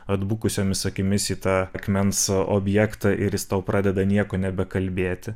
atbukusiomis akimis į tą akmens objektą ir jis tau pradeda nieko nebekalbėti